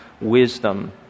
wisdom